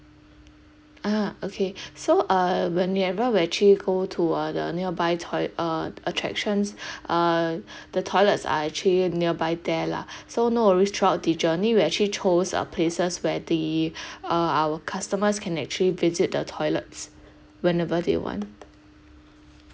ah okay so uh when we arrive we actually go to uh the nearby toi~ uh attractions uh the toilets are actually nearby there lah so no worries throughout the journey we actually chose uh places where the uh our customers can actually visit the toilets whenever they want